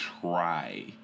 try